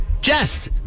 Jess